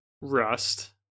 Rust